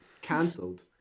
cancelled